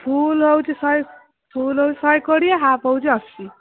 ଫୁଲ୍ ହେଉଛି ଶହେ ଫୁଲ୍ ହେଉଛି ଶହେ କୋଡ଼ିଏ ଟଙ୍କା ହାଫ୍ ହେଉଛି ଅଶୀ